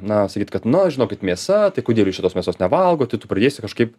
na sakyt kad na žinokit mėsa tai kodėl jūs čia tos mėsos nevalgot tai tu pradėsi kažkaip